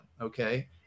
Okay